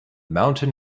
mountain